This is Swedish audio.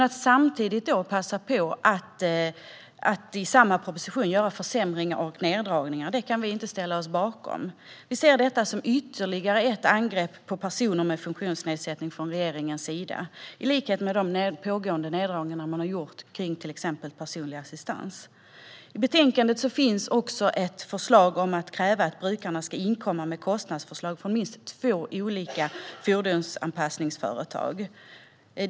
Att i samma proposition passa på att göra försämringar och neddragningar kan vi dock inte ställa oss bakom. Vi ser detta som ytterligare ett angrepp på personer med funktionsnedsättning från regeringens sida, i likhet med de pågående neddragningarna när det gäller till exempel personlig assistans. I betänkandet finns också ett förslag om att kräva att brukarna ska inkomma med kostnadsförslag från minst två olika fordonsanpassningsföretag.